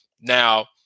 Now